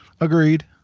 agreed